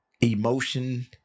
emotion